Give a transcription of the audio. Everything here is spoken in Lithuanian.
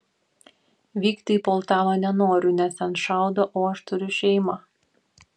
vykti į poltavą nenoriu nes ten šaudo o aš turiu šeimą